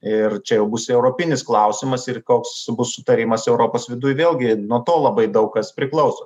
ir čia jau bus europinis klausimas ir koks bus sutarimas europos viduj vėlgi nuo to labai daug kas priklauso